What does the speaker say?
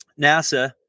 NASA